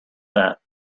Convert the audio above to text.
that